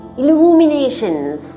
illuminations